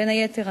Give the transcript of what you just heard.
בין היתר,